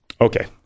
Okay